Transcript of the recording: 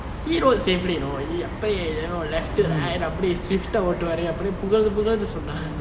he rode safely you know he அப்டெ:apde left right அப்டே:apde swift ah ஓட்டுவாரு அப்டெ புகழ்ந்து புகழ்ந்து சொன்னா:ottuvaru apde pugalnthu pugalnthu sonna